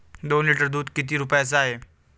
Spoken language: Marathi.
दोन लिटर दुध किती रुप्याचं हाये?